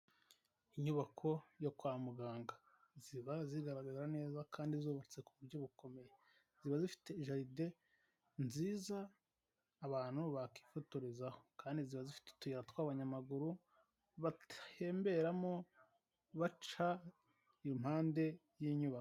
Inyubako yo kwa muganga, ziba zigaragara neza kandi zubatse ku buryo bukomeye. Ziba zifite jaride nziza abantu bakwifotorezaho, kandi ziba zifite utuyira tw'abanyamaguru batemberamo baca impande y'inyubako.